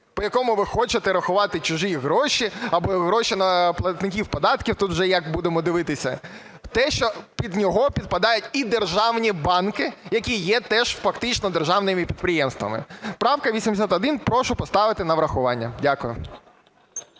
по якому ви хочете рахувати чужі гроші або гроші на платників податків, тут вже як будемо дивитися, те, що під нього підпадають і державні банки, які є теж фактично державними підприємствами. Правка 81, прошу поставити на врахування. Дякую.